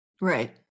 right